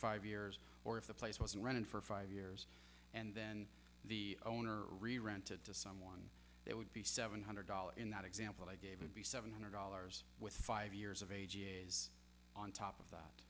five years or if the place wasn't running for five years and then the owner rerented to someone they would be seven hundred dollars in that example i gave would be seven hundred dollars with five years of age is on top of that